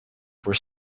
were